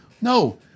No